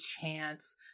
chance